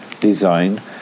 design